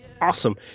Awesome